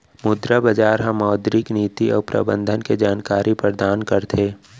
मुद्रा बजार ह मौद्रिक नीति अउ प्रबंधन के जानकारी परदान करथे